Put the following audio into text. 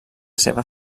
seva